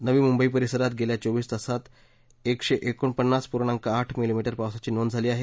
नवी मुंबई परिसरात गेल्या चोवीस तासात एकशे एकोणपन्नास पूर्णांक आठ मिलीमीटर पावसाची नोंद झाली आहे